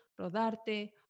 Rodarte